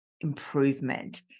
improvement